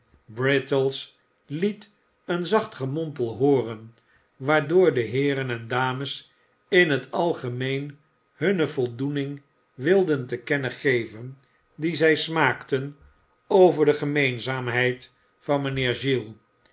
brittles liet een zacht gemompel hooren waardoor de heeren en dames in t algemeen hunne voldoening wilden te kennen geven die zij smaakten over de gemeenzaamheid van mijnheer giles